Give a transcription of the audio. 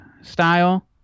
style